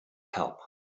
help